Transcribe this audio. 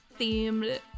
themed